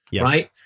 right